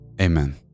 Amen